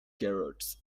carrots